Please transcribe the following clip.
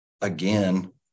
again